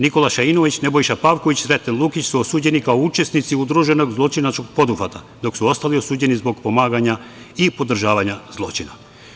Nikola Šainović, Nebojša Pavković i Sreten Lukić su osuđeni kao učesnici udruženog zločinačkog poduhvata, dok su ostali osuđeni zbog pomaganja i podržavanja zločina.